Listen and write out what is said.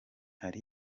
hari